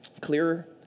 clearer